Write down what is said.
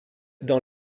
dans